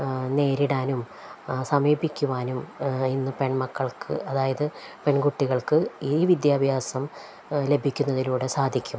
ആ നേരിടാനും സമീപിക്കുവാനും ഇന്നു പെൺമക്കൾക്ക് അതായത് പെൺകുട്ടികൾക്ക് ഈ വിദ്യാഭ്യാസം ലഭിക്കുന്നതിലൂടെ സാധിക്കും